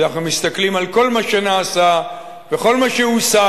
כשאנחנו מסתכלים על כל מה שנעשה וכל מה שהושג